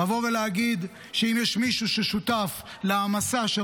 לבוא ולהגיד שאם יש מישהו ששותף להעמסה של